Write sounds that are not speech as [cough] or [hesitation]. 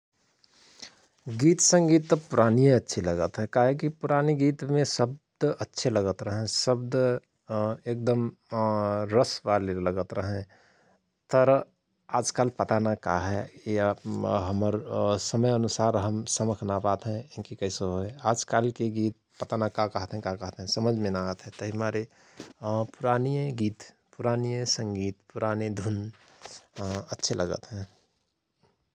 गित संगित त पुरायिन अच्छि लगत हयं । काहरे कि पुरानी गितमे शव्द अच्छे लगत हयं । शव्द एदम [hesitation] रस वाले लगत रहयं तर आजकल पता नाय का हय या हमर [hesitation] समय अनुसार हम समख ना पात हयं कि कैसो हय । आजकाल कि गित पता नाय का कहत हयं का कहत हयं समझमे ना आत हयं । तहि मारे पुरायिन गित पुरायिन संगित पुराने धुन अँ अच्छे लगत हयं ।